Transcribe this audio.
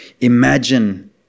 Imagine